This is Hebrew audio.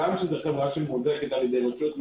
גם כשזה חברה שמוחזקת על ידי רשויות מקומיות.